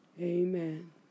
Amen